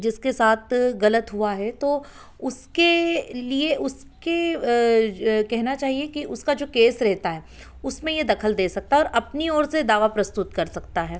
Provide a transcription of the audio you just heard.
जिसके साथ गलत हुआ है तो उसके लिए उसके कहना चाहिए कि उसका जो केस रहता है उसमें ये दखल दे सकता है और अपनी ओर से दावा प्रस्तुत कर सकता है